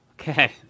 Okay